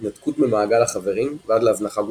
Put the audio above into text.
התנתקות ממעגל החברים ועד להזנחה גופנית.